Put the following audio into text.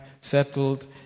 settled